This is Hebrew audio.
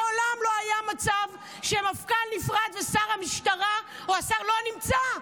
מעולם לא היה מצב שמפכ"ל נפרד ושר המשטרה או השר לא נמצא.